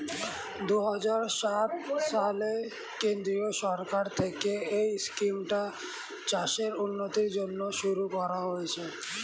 দুহাজার সাত সালে কেন্দ্রীয় সরকার থেকে এই স্কিমটা চাষের উন্নতির জন্য শুরু করা হয়েছিল